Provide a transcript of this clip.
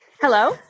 Hello